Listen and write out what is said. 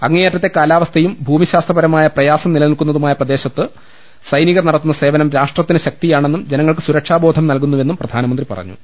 അങ്ങേയറ്റത്തെ കാലാവസ്ഥയും ഭൂമിശാസ്ത്ര പരമായ പ്രയാസം നിലനിൽക്കുന്നതുമായ പ്രദേശത്ത് സൈനി കർ നടത്തുന്ന സേവനം രാഷ്ട്രത്തിന് ശക്തിയാണെന്നും ജന ങ്ങൾക്ക് സുരക്ഷാ ബോധം നൽകുന്നുവെന്നും പ്രധാനമന്ത്രി പറഞ്ഞു